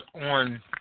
on